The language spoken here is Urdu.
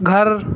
گھر